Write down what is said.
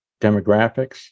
demographics